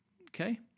okay